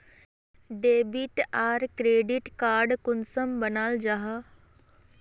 Debit आर credit card कुंसम बनाल जाहा?